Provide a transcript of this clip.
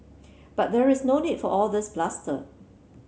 but there is no need for all this bluster